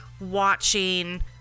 watching